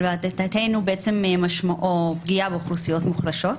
לדעתנו המשמעות היא פגיעה באוכלוסיות מוחלשות.